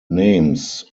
names